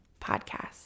podcast